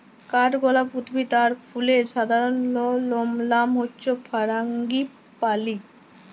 কাঠগলাপ উদ্ভিদ আর ফুলের সাধারণলনাম হচ্যে ফারাঙ্গিপালি